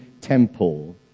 temple